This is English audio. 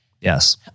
Yes